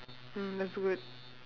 mm that's good